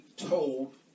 told